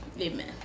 Amen